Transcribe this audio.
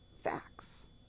facts